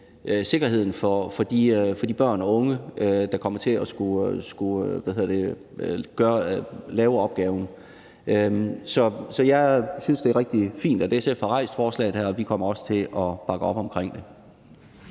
sikkerheden for de børn og unge, der kommer til at skulle udføre opgaven. Så jeg synes, det er rigtig fint, at SF har fremsat forslaget her, og vi kommer også til at bakke op om det.